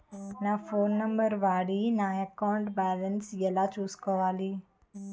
నా phone number వాడి నా అకౌంట్ బాలన్స్ ఎలా తెలుసుకోవాలి?